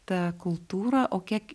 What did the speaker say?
ta kultūra o kiek